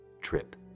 Trip